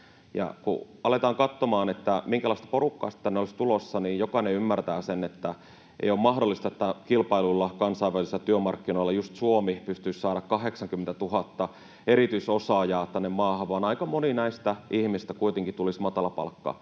kun aletaan katsomaan, minkälaista porukkaa tänne olisi tulossa, niin jokainen ymmärtää sen, että ei ole mahdollista, että kilpailluilla kansainvälisillä työmarkkinoilla just Suomi pystyisi saamaan 80 000 erityisosaajaa tänne maahan, vaan aika moni näistä ihmisistä kuitenkin tulisi matalapalkka-aloille.